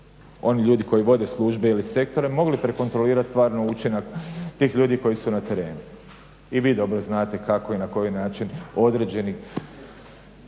onih ljudi koji vode službe ili sektore mogli prekontrolirati stvarni učinak tih ljudi koji su na terenu. I vi dobro znate kako i na koji način određeni